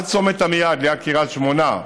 עד צומת עמיעד ליד קריית שמונה,